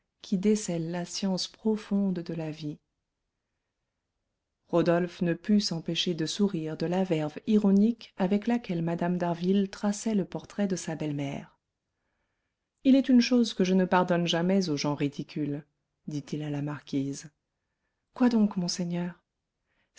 qui décèle la science profonde de la vie rodolphe ne put s'empêcher de sourire de la verve ironique avec laquelle mme d'harville traçait le portrait de sa belle-mère il est une chose que je ne pardonne jamais aux gens ridicules dit-il à la marquise quoi donc monseigneur